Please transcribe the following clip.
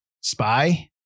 spy